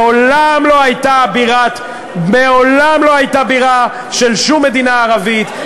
מעולם לא הייתה בירה של שום מדינה ערבית,